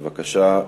בבקשה.